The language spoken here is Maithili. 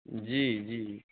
जी जी